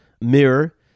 mirror